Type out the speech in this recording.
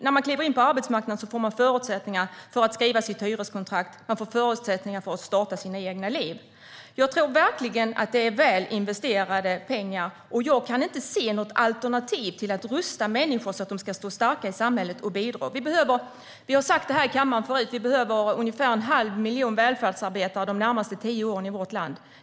När man kliver in på arbetsmarknaden får man förutsättningar för att skriva sitt hyreskontrakt och starta sitt eget liv. Jag tror verkligen att det är väl investerade pengar, och jag kan inte se något alternativ till att rusta människor så att de ska stå starka i samhället och bidra. Vi har sagt detta i kammaren förut. Vi behöver ungefär en halv miljon välfärdsarbetare de närmaste tio åren i vårt land.